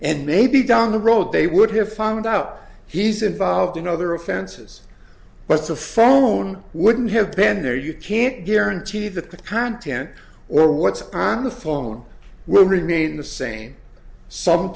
and maybe down the road they would have found out he's involved in other offenses but the phone wouldn't have been there you can't guarantee that the content or what's on the phone will remain the same some